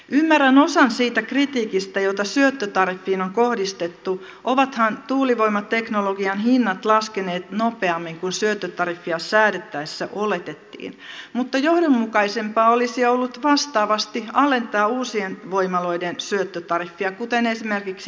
ymmärrän osan siitä kritiikistä jota syöttötariffiin on kohdistettu ovathan tuulivoimateknologian hinnat laskeneet nopeammin kuin syöttötariffia säädettäessä oletettiin mutta johdonmukaisempaa olisi ollut vastaavasti alentaa uusien voimaloiden syöttötariffia kuten esimerkiksi saksassa tehdään